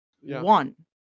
one